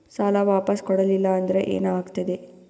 ಸಾಲ ವಾಪಸ್ ಕೊಡಲಿಲ್ಲ ಅಂದ್ರ ಏನ ಆಗ್ತದೆ?